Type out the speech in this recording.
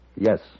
Yes